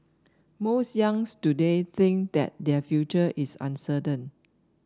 most today think that their future is uncertain